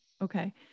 Okay